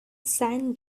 san